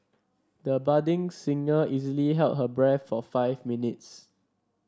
the budding singer easily held her breath for five minutes